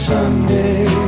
Sunday